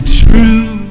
true